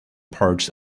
parts